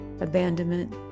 abandonment